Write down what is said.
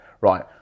Right